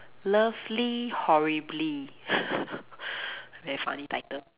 lovely horribly very funny title